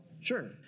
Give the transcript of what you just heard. Sure